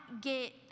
get